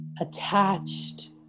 attached